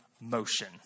motion